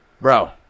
Bro